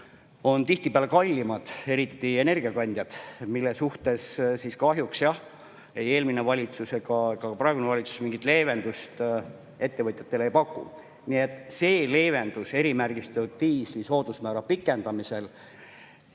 on tihtipeale kallimad, eriti energiakandjad, mille suhtes siis kahjuks ei eelmine valitsus ega ka praegune valitsus mingit leevendust ettevõtjatele ei ole pakkunud. Nii et see leevendus erimärgistatud diisli soodusmäära pikendamisel